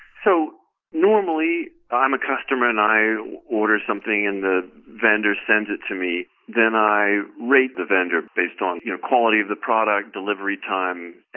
so normally i'm a customer, and i order something. and the vendor sends it to me. then i rate the vendor based on, you know, quality of the product, delivery time and.